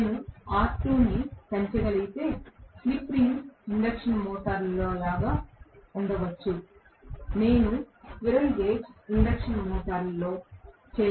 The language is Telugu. నేను R2 ని పెంచగలిగితే స్లిప్ రింగ్ ఇండక్షన్ మోటారులో లాగా ఉండవచ్చు నేను స్క్విరెల్ కేజ్ ఇండక్షన్ మోటారులో చేయలేను